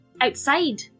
outside